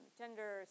gender